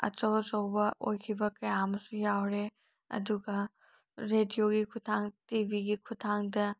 ꯑꯆꯧ ꯑꯆꯧꯕ ꯑꯣꯏꯈꯤꯕ ꯀꯌꯥ ꯑꯃꯁꯨ ꯌꯥꯎꯔꯦ ꯑꯗꯨꯒ ꯔꯦꯗꯤꯑꯣꯒꯤ ꯈꯨꯊꯥꯡ ꯇꯤꯚꯤꯒꯤ ꯈꯨꯊꯥꯡꯗ